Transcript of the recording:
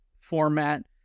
format